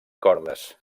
cordes